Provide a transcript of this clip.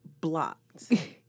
blocked